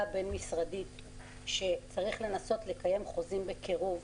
הבין-משרדית צריך לנסות לקיים חוזים בקירוב,